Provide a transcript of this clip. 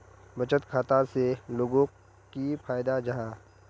बचत खाता से लोगोक की फायदा जाहा?